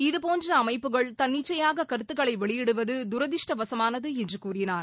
இதுபோன்ற அமைப்புகள் தன்னிச்சையாக கருத்துக்களை வெளியிடுவது தரதிருஷ்டவசமானது என்று கூறினார்